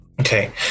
Okay